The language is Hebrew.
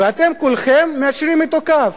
ואתם כולכם מיישרים אתו קו,